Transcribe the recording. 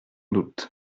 doute